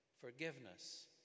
Forgiveness